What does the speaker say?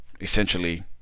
essentially